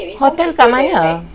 hotel kat mana